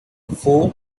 four